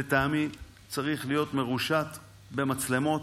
לטעמי, צריך להיות מרושת במצלמות.